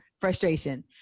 frustration